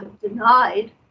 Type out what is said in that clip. denied